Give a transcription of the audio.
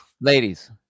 Ladies